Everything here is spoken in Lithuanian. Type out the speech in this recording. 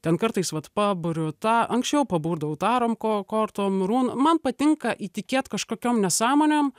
ten kartais vat paburiu ta anksčiau paburdavau tarom ko kortom run man patinka įtikėt kažkokiom nesąmonėm